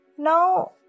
Now